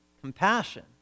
compassion